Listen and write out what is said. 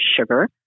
sugar